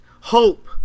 hope